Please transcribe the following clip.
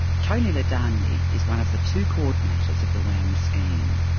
toni ladanyi is one of the two coordinators of the wam scheme.